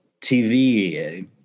TV